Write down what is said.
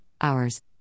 hours